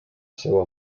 seua